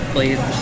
Please